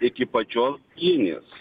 iki pačios linijos